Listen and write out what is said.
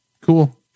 cool